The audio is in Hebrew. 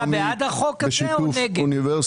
אתה בעד החוק הזה או נגד?